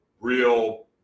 real